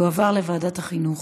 זה יועבר לוועדת החינוך,